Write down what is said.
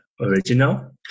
original